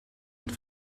het